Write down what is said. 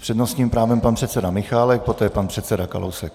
S přednostním právem pan předseda Michálek, poté pan předseda Kalousek.